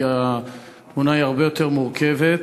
כי התמונה הרבה יותר מורכבת.